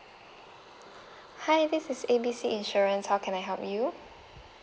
hi this is A B C insurance how can I help you